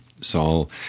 Saul